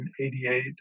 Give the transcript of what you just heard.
1988